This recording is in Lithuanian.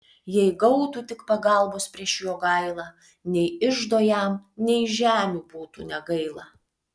jei gautų tik pagalbos prieš jogailą nei iždo jam nei žemių būtų negaila